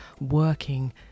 working